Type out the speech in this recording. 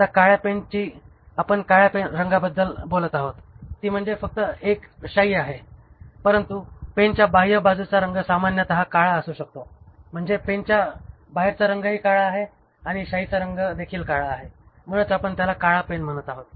आता काळ्या पेन जी आपण काळ्या रंगाबद्दल आपण बोलत आहोत ती म्हणजे फक्त एक शाई आहे परंतु पेनच्या बाह्य बाजूचा रंग सामान्यतः काळा असू शकतो म्हणजे पेनच्या बाहेरचा रंगही काळा आहे आणि शाईचा रंग देखील काळा आहे म्हणूनच आपण त्याला काळा पेन म्हणत आहोत